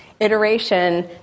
iteration